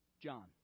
John